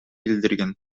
билдирген